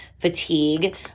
fatigue